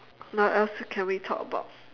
now what else can we talk about